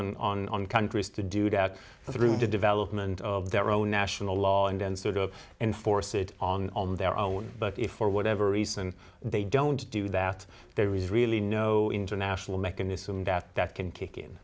on countries to do that through the development of their own national law and so that enforce it on their own but if for whatever reason they don't do that there is really no international mechanism that that can kick in